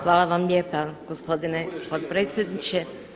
Hvala vam lijepa gospodine potpredsjedniče.